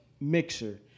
mixer